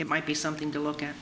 it might be something to look at